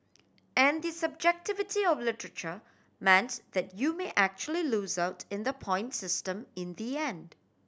and the subjectivity of literature meant that you may actually lose out in the point system in the end